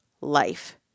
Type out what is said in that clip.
life